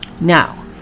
Now